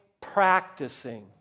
practicing